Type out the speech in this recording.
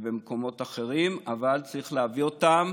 ובמקומות אחרים אבל צריך להביא אותם